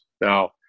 Now